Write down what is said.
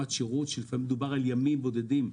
לפעמים מדובר על ימים בודדים.